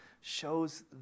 shows